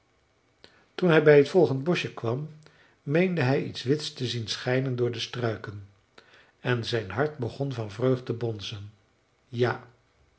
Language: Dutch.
toen hij bij t volgend boschje kwam meende hij iets wits te zien schijnen door de struiken en zijn hart begon van vreugd te bonzen ja